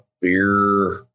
Beer